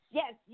yes